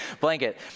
blanket